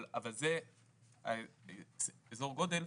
אבל זה אזור גודל,